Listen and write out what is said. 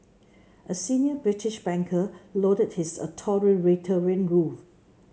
a senior British banker lauded his authoritarian rule